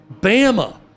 Bama